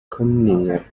kenner